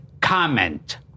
comment